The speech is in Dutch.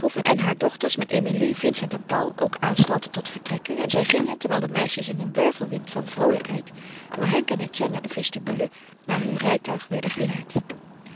en haar dochters met emilie vincent en paul ook aanstalten tot vertrekken en zij gingen terwijl de meisjes in een wervelwind van vroolijkheid door henk en etienne naar de vestibule naar heur rijtuig werden geleid